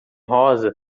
rosa